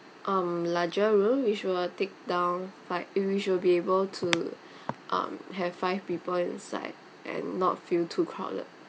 um larger room which will take down five which will be able to um have five people inside and not feel too crowded